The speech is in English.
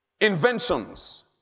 inventions